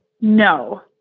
No